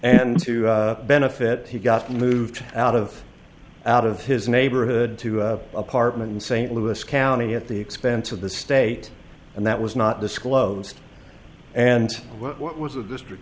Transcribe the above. and to benefit he got moved out of out of his neighborhood to apartment in st louis county at the expense of the state and that was not disclosed and what was a district